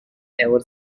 ever